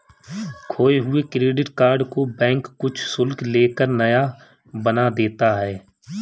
खोये हुए credit card को बैंक कुछ शुल्क ले कर नया बना देता है